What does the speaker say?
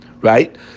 right